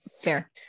fair